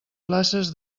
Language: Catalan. places